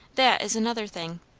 that is another thing.